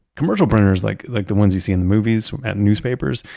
commercial printers, like like the ones you see in the movies at newspapers,